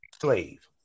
slave